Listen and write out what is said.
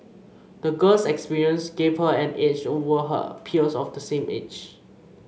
the girl's experience gave her an edge over her peers of the same age